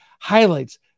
highlights